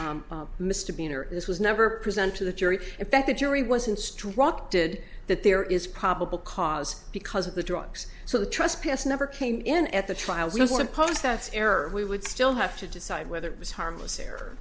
d mr bean or this was never present to the jury in fact the jury was instructed that there is probable cause because of the drugs so the trust p s never came in at the trial we will impose that error we would still have to decide whether it was harmless error